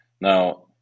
Now